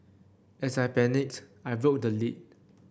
as I panicked I broke the lid